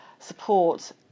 support